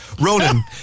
Ronan